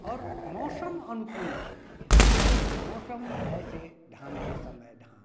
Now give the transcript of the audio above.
और मौसम अनुकूल खेती है मौसम जैसे धान के समय धान